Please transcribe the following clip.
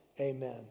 amen